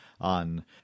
on